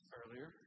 earlier